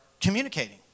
communicating